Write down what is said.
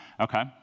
Okay